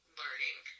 learning